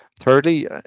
Thirdly